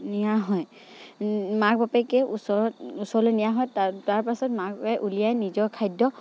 নিয়া হয় মাক বাপেকে ওচৰত ওচৰলৈ নিয়া হয় তাৰ পাছত মাকে উলিয়াই নিজৰ খাদ্য